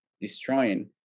destroying